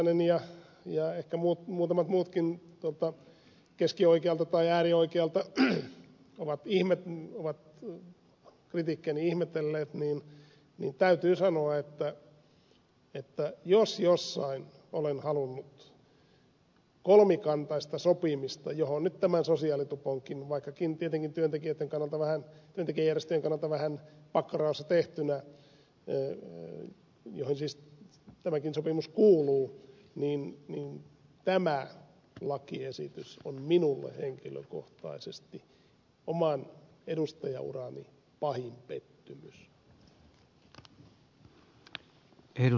räsänen ja ehkä muutamat muutkin keskioikealta tai äärioikealta ovat kritiikkiäni ihmetelleet niin täytyy sanoa että jos jossain olen halunnut kolmikantaista sopimista johon nyt tämä sosiaalitupokin vaikkakin tietenkin työntekijäjärjestöjen kannalta vähän pakkoraossa tehtynä kuuluu johon siis tämäkin sopimus kuuluu niin tämä lakiesitys on minulle henkilökohtaisesti oman edustajaurani pahin pettymys